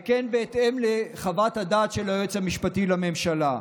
וכן בהתאם לחוות הדעת של היועץ המשפטי לממשלה.